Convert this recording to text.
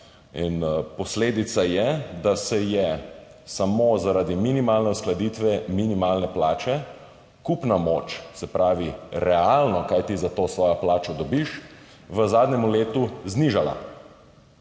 Posledica je, da se je samo zaradi minimalne uskladitve minimalne plače kupna moč, se pravi realno, kaj ti za to svojo plačo dobiš, v zadnjem letu znižala.